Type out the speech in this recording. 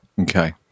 Okay